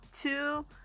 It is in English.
two